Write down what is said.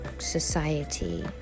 society